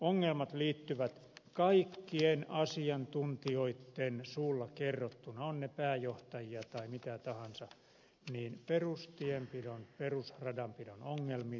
ongelmat liittyvät kaikkien asiantuntijoitten suulla kerrottuna ovat ne pääjohtajia tai mitä tahansa perustienpidon perusradanpidon ongelmiin